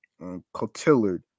Cotillard